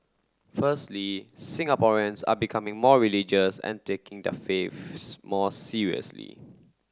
firstly Singaporeans are becoming more religious and taking their faiths more seriously